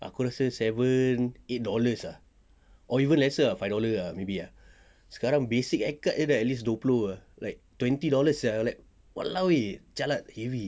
aku rasa seven eight dollars ah or even lesser ah five dollars ah maybe sekarang basic haircut jer dah at least dua puluh like twenty dollars like !walao! eh jialat heavy